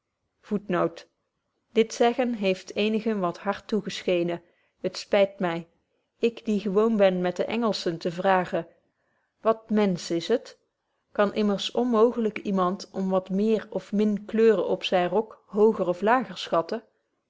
dit zeggen heeft eenigen wat hard toegescheenen t spyt my ik die gewoon ben met de engelschen te vragen wat mensch is het kan immers onmooglyk iemand om wat meer of min kleuren op zyn rok hooger of lager schatten